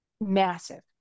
massive